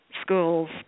schools